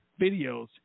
videos